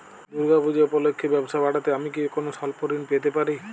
দূর্গা পূজা উপলক্ষে ব্যবসা বাড়াতে আমি কি কোনো স্বল্প ঋণ পেতে পারি?